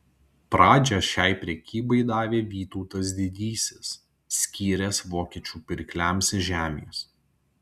pradžią šiai prekybai davė vytautas didysis skyręs vokiečių pirkliams žemės